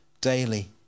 daily